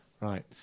Right